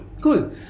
Cool